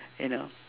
you know